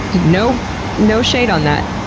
no no shade on that.